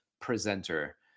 presenter